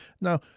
Now